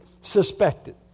suspected